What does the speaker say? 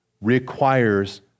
requires